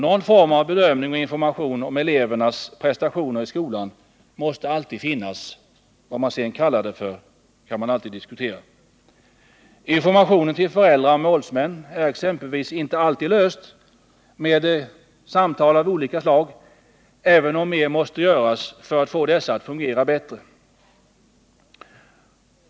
Någon form av bedömning av och information om elevernas prestationer i skolan måste alltid finnas — vad man sedan skall kalla det kan alltid diskuteras. Informationen till föräldrar och målsmän är exempelvis inte alltid löst genom samtal av olika slag, även om mer måste göras för att få dessa att fungera bättre.